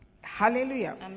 Hallelujah